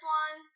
one